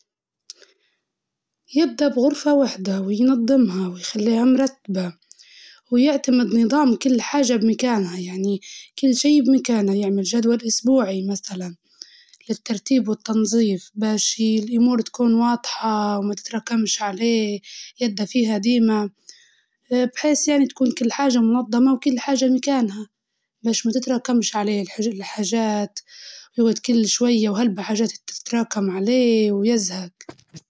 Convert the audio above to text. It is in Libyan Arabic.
أول حاجة يبدأ بدارواحدة ينظمها، ويرتبها، ويكنسها، ويعتمد تبعتها، يعتمد بعثها كل حاجة في مكانها، كل حاجة ومكانها، نظام كل حاجة و مكانها، ويدير جدول أسبوعي يرطب ويضم الدارب بشكل الأمور متاعها تكون واضحة، وما تتراكم عليه الخدمة.